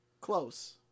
Close